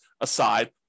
aside